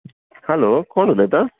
hello कोण उलयता